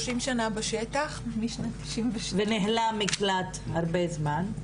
30 שנה בשטח משנת 1992. וניהלה מקלט הרבה זמן.